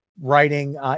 Writing